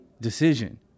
decision